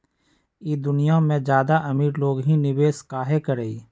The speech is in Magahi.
ई दुनिया में ज्यादा अमीर लोग ही निवेस काहे करई?